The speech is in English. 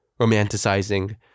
romanticizing